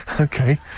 Okay